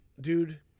dude